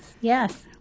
Yes